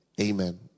Amen